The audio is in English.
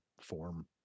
form